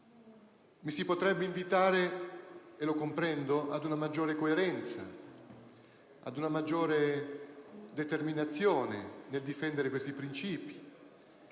mi si potrebbe invitare, e lo comprendo, ad un maggiore coerenza, ad una maggiore determinazione nel difendere questi principi